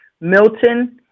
Milton